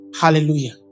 Hallelujah